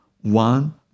one